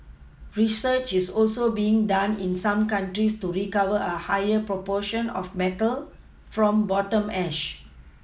research is also being done in some countries to recover a higher proportion of metal from bottom ash